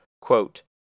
quote